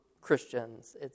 Christians